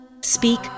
Speak